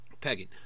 Peggy